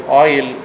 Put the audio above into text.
oil